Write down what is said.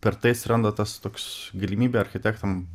per tai atsiranda tas toks galimybė architektams